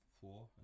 four